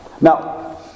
Now